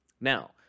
Now